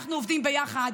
אנחנו עובדים ביחד.